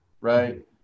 right